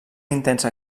intensa